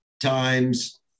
times